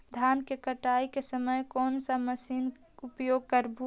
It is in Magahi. धान की कटाई के समय कोन सा मशीन उपयोग करबू?